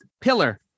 pillar